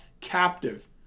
captive